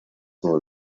nur